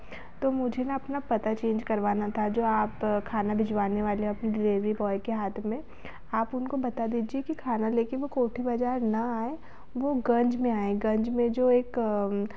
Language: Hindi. तो मुझे ना अपना पता चेंज करवाना था जो आप खाना भिजवाने वाले अपने डेलिवरी बॉय के हाथ में आप उनको बता दिजिए कि खाना लेकर वह कोठी बाज़ार न आएँ वह गंज में आएँ गंज में जो एक